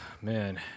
man